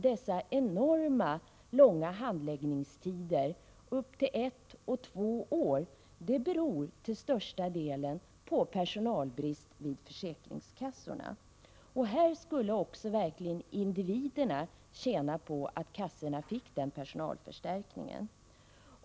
De enormt långa handläggningstiderna på 1-2 år beror till största delen på personalbrist vid försäkringskassorna. Här skulle individerna verkligen tjäna på att kassorna fick en personalförstärkning.